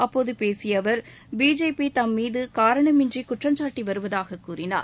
அப்போது பேசிய அவர் பிஜேபி தம் மீது காரணமின்றி குற்றம்சாட்டி வருவதாக கூறினார்